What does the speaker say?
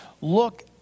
Look